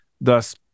Thus